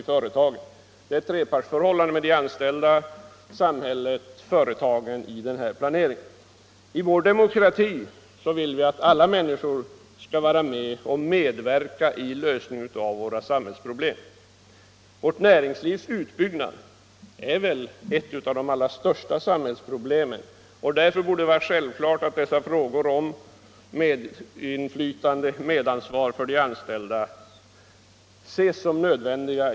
Det råder vid planeringen ett trepartsförhållande mellan de anställda, samhället och företagen. I vår demokrati vill vi att alla människor skall medverka i lösningen av samhällsproblemen. Vårt näringslivs utbyggnad är ett av de allra största samhällsproblemen, och därför borde det vara självklart att medinflytande och medansvar för de anställda ses som nödvändiga.